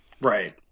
Right